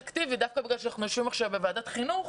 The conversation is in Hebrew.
ודווקא בגלל שאנחנו יושבים עכשיו בוועדת החינוך,